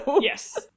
Yes